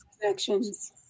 connections